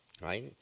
Right